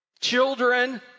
Children